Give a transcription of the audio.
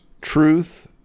truth